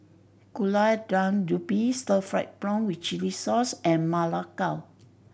Gulai Daun Ubi stir fried prawn with chili sauce and Ma Lai Gao